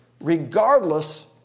regardless